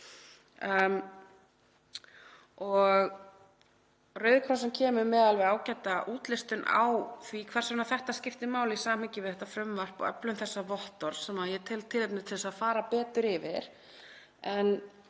Rauði krossinn kemur með ágæta útlistun á því hvers vegna þetta skiptir máli í samhengi við frumvarpið og öflun þessa vottorðs sem ég tel tilefni til að fara betur yfir.